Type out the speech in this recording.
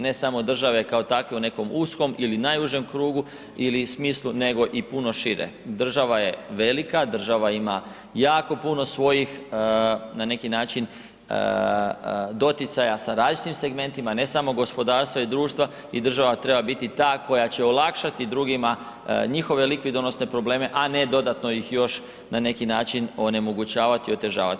Ne samo države kao takve u nekom uskom ili najužem krugu ili smislu, nego i puno šire, država je velika, država ima jako puno svojih na neki način doticaja sa različitim segmentima, ne samo gospodarstva i društva i država treba biti ta koja će olakšati drugima njihove likvidonosne probleme, a ne dodatno ih još na neki način onemogućavati i otežavati.